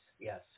yes